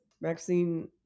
Maxine